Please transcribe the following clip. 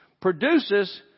produces